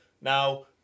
Now